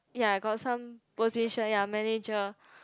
ya got some position ya manager